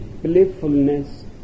playfulness